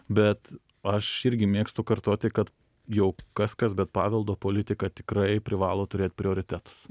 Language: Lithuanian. bet aš irgi mėgstu kartoti kad jau kas kas bet paveldo politika tikrai privalo turėt prioritetus